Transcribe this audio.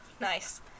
Nice